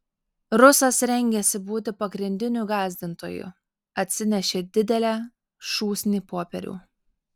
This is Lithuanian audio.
rusas rengėsi būti pagrindiniu gąsdintoju atsinešė didelę šūsnį popierių